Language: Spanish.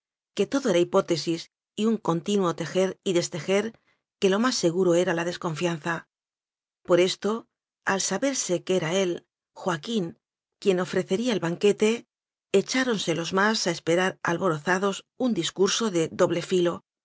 que todo era hipó tesis y un continuo tejer y destejer que lo más seguro era la desconfianza por esto al saberse que era él joaquín quien ofrecería el banquete echáronse los más a esperar al borozados un discurso de doble filo